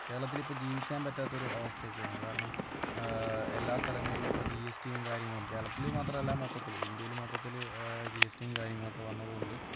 കേരളത്തിലിപ്പം ജീവിക്കാൻ പറ്റാത്ത ഒരു അവസ്ഥയൊക്കെയാണ് കാരണം എല്ലാ സ്ഥലങ്ങളിലും ഇപ്പം ജി എസ് റ്റിയും കാര്യങ്ങളും കേരളത്തിൽ മാത്രല്ല മൊത്തത്തിൽ ഇന്ത്യയിൽ മൊത്തത്തിൽ ജി എസ് റ്റിയും കാര്യങ്ങളൊക്കെ വന്നത് കൊണ്ട്